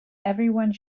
everyone